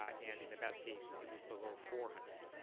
ah and in the best case it was below four hundred.